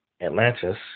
Atlantis